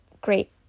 great